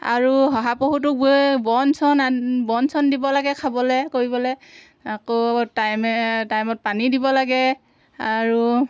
আৰু শহাপহুটোক বন চন আন বন চন দিব লাগে খাবলৈ কৰিবলৈ আকৌ টাইমে টাইমত পানী দিব লাগে আৰু